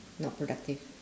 not productive